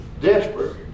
desperate